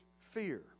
fear